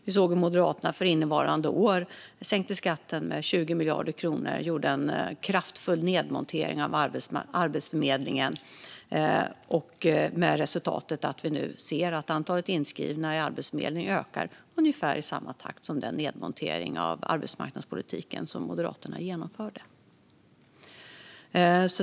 Vi såg hur Moderaterna för innevarande år sänkte skatten med 20 miljarder kronor och gjorde en kraftfull nedmontering av Arbetsförmedlingen med resultatet att vi nu ser att antalet inskrivna i Arbetsförmedlingen ökar i ungefär samma takt som nedmonteringen av arbetsmarknadspolitiken som Moderaterna genomförde.